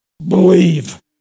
Believe